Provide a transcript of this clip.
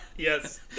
yes